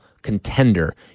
Contender